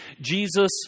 Jesus